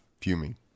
fuming